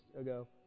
ago